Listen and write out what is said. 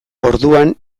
orduan